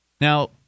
Now